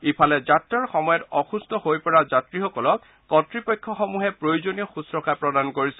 ইফালে যাত্ৰাৰ সময়ত অসুস্থ হৈ পৰা যাত্ৰীসকলক কৰ্তৃপক্ষসমূহে প্ৰয়োজনীয় শুশ্ৰুষা প্ৰদান কৰিছে